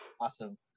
Awesome